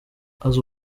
azi